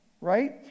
right